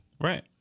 Right